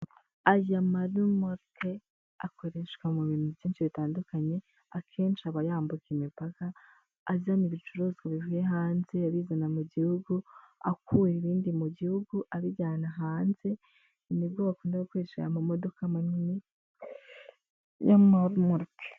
Aya marimoroki akoreshwa mu bintu byinshi bitandukanye, akenshi aba yambuka imipaka azana ibicuruzwa bivuye hanze abizana mu gihugu, akuye ibindi mu gihugu abijyana hanze, ni bwo bakunda gukoresha aya mamodoka manini y'amaremoroki.